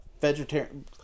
vegetarian